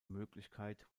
möglichkeit